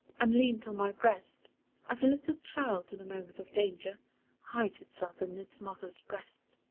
and leaned on my breast as a little child in a moment of danger hides itself in its mother's breast.